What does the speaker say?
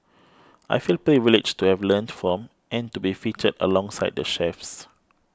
I feel privileged to have learnt from and to be featured alongside the chefs